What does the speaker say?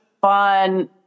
fun